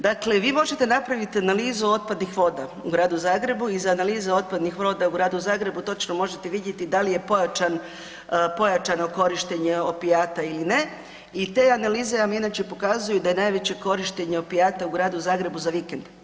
Dakle, vi možete napraviti analizu otpadnih voda u Gradu Zagrebu i iz analize otpadnih voda u Gradu Zagrebu točno možete vidjeti da li je pojačano korištenje opijata ili ne i te analize vam inače pokazuju da je najveće korištenje opijata u Gradu Zagrebu za vikend.